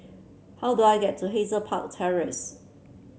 how do I get to Hazel Park Terrace